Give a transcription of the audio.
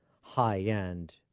high-end